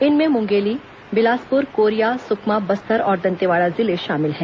इनमें मुंगेली बिलासपुर कोरिया सुकमा बस्तर और दंतेवाड़ा जिले शामिल हैं